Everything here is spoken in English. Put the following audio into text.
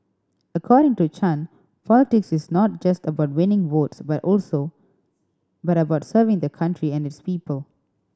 according to Chan politics is not just about winning votes but also but about serving the country and its people